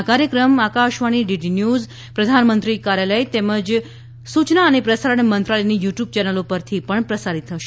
આ કાર્યક્રમ Akashvani DD news પ્રધાનમંત્રી કાર્યાલય તેમજ સૂયના અને પ્રસારણ મંત્રાલયની યુ ટ્યુબ ચેનલો પરથી પણ પ્રસારિત થશે